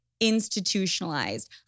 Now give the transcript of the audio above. institutionalized